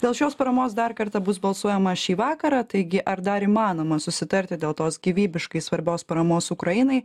dėl šios paramos dar kartą bus balsuojama šį vakarą taigi ar dar įmanoma susitarti dėl tos gyvybiškai svarbios paramos ukrainai